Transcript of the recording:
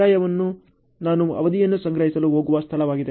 ಆದ್ದರಿಂದ ಮುಕ್ತಾಯವು ನಾನು ಅವಧಿಯನ್ನು ಸಂಗ್ರಹಿಸಲು ಹೋಗುವ ಸ್ಥಳವಾಗಿದೆ